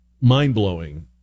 mind-blowing